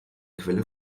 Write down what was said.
quelle